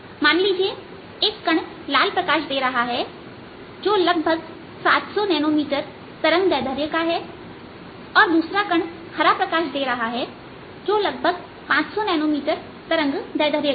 मान लीजिए एक कण लाल प्रकाश दे रहा है जो लगभग 700 नैनोमीटर तरंगदैर्ध्य का है और दूसरे कण हरा प्रकाश दे रहा है जो लगभग 500 नैनोमीटर तरंगदैर्ध्य का है